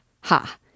ha